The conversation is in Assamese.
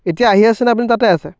এতিয়া আহি আছেনে আপুনি তাতে আছে